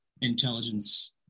intelligence